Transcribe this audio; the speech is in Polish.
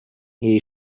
jej